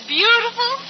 beautiful